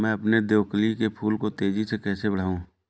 मैं अपने देवकली के फूल को तेजी से कैसे बढाऊं?